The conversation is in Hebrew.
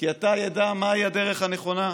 כי עתה ידע מהי הדרך הנכונה.